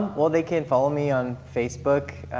well they can follow me on facebook,